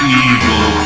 evil